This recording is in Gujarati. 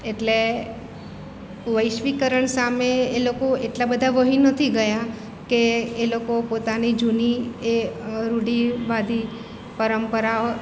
એટલે વૈશ્વિકરણ સામે એ લોકો એટલા બધા વહી નથી ગયા કે એ લોકો પોતાની જૂની એ રૂઢિવાદી પરંપરાઓ